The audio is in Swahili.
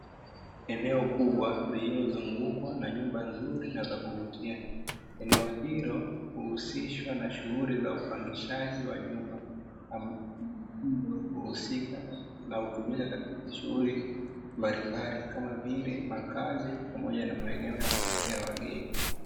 Eneo kubwa lililozungukwa na nyumba nzuri na za kuvutia eneo hilo huhusishwa na shughuli za upangishaji wa nyumba, ambazo huhusika na hutumika katika shughuli mbalimbali kama vile makazi na maeneo ya kufikia wageni.